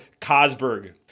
cosberg